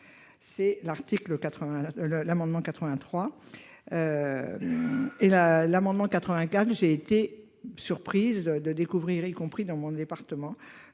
C'est l'article. Le l'amendement 83. Et là l'amendement 95, j'ai été surprise de découvrir et y compris dans mon département